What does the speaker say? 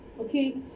okay